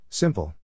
Simple